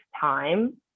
time